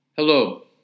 Hello